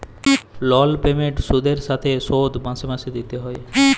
লল পেমেল্ট সুদের সাথে শোধ মাসে মাসে দিতে হ্যয়